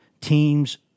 teams